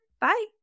bye